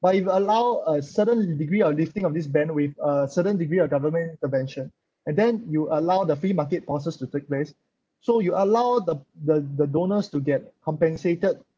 but if you allow a certain degree of lifting of this ban with a certain degree of government intervention and then you allow the free market forces to take place so you allow the the the donors to get compensated